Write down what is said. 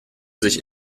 sich